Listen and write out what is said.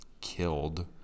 killed